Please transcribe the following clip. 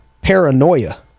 paranoia